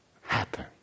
happen